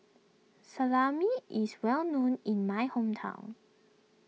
Salami is well known in my hometown